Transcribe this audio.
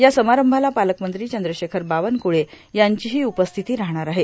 या समारंभाला पालकमंत्री चंद्रशेखर बावनकुळे यांचीही उपस्थिती राहणार आहे